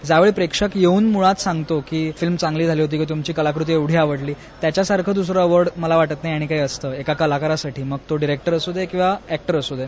ज्यावेळी प्रेक्षक येऊन सांगतो की फिल्म चांगली झाली होती किंवा तुमची कलाकृती आवडी त्याच्यासारखं दुसरं ऑवॉर्ड नाही मला वाटत आणि काही असतं एका कलाकारासाठी मग तो डिरेक्टर असूदेत किंवा ऍक्टर असूदेत